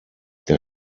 der